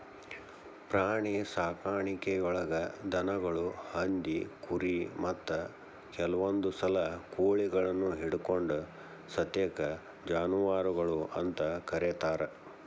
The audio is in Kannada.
ಪ್ರಾಣಿಸಾಕಾಣಿಕೆಯೊಳಗ ದನಗಳು, ಹಂದಿ, ಕುರಿ, ಮತ್ತ ಕೆಲವಂದುಸಲ ಕೋಳಿಗಳನ್ನು ಹಿಡಕೊಂಡ ಸತೇಕ ಜಾನುವಾರಗಳು ಅಂತ ಕರೇತಾರ